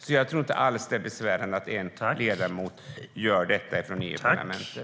Därför tror jag inte alls att det är besvärande att en ledamot i EU-parlamentet gör detta.